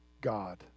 God